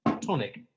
tonic